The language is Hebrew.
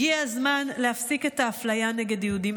הגיע הזמן להפסיק את האפליה נגד יהודים.